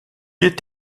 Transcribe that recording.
est